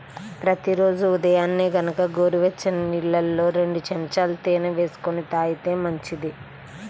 ప్రతి రోజూ ఉదయాన్నే గనక గోరువెచ్చని నీళ్ళల్లో రెండు చెంచాల తేనె వేసుకొని తాగితే మంచిది